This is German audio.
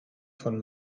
von